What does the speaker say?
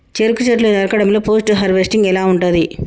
చెరుకు చెట్లు నరకడం లో పోస్ట్ హార్వెస్టింగ్ ఎలా ఉంటది?